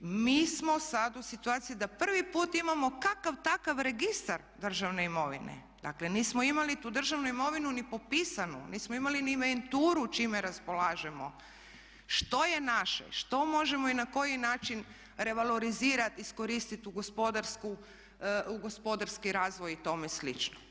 Mi smo sada u situaciji da prvi put imamo kakav takav registar državne imovine, dakle nismo imali tu državnu imovinu ni popisanu, nismo imali ni inventuru čime raspolažemo, što je naše, što možemo i na koji način revalorizirati, iskoristiti u gospodarski razvoj i tome slično.